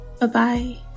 Bye-bye